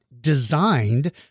designed